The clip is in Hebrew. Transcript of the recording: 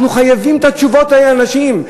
אנחנו חייבים את התשובות האלה לאנשים.